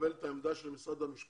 מקבל את העמדה של משרד המשפטים